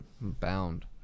Bound